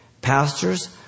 Pastors